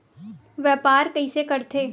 व्यापार कइसे करथे?